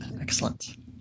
Excellent